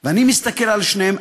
אני מסתכל על שניהם,